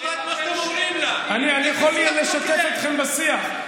אני יכול לשתף אתכם בשיח.